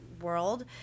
world